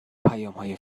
پیامهای